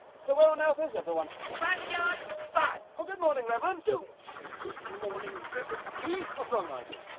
so where on earth is everyone? rudyard funn! oh, good morning reverend don't you good morning reverend me! what's wrong, nigel?